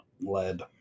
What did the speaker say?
Lead